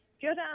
Good